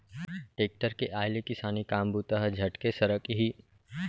tractor के आय ले किसानी काम बूता ह झटके सरकही